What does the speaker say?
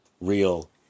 real